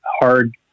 hard